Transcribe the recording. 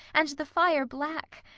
and the fire black.